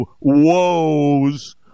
woes